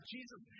Jesus